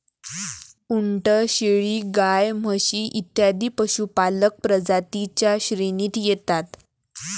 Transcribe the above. उंट, शेळी, गाय, म्हशी इत्यादी पशुपालक प्रजातीं च्या श्रेणीत येतात